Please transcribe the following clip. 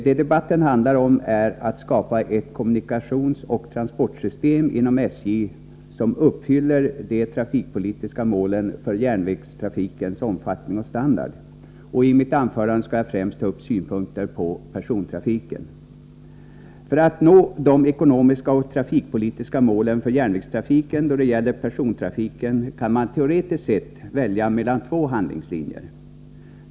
Det debatten handlar om är hur man skall skapa ett kommunikationsoch transportsystem inom SJ som uppfyller de trafikpolitiska målen för järnvägstrafikens omfattning och standard. I mitt anförande skall jag främst ta upp synpunkter på persontrafiken. För att de ekonomiska och trafikpolitiska målen för järnvägstrafiken då det gäller persontrafiken skall nås kan man teoretiskt sett välja mellan två handlingslinjer.